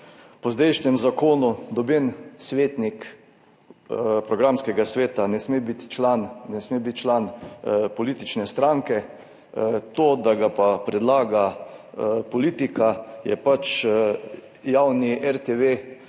po zdajšnjem zakonu noben svetnik programskega sveta ne sme biti članpolitične stranke. To, da pa ga predlaga politika, je RTV javna,